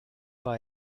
war